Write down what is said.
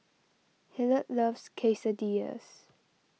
Hilliard loves Quesadillas